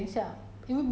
刚才你去吃什么 ah